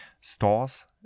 stores